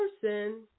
person